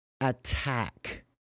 attack